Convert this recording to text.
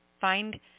Find